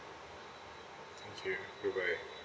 thank you goodbye